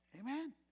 Amen